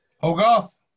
Hogarth